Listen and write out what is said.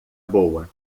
boa